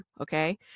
Okay